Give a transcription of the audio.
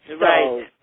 right